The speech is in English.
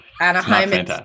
Anaheim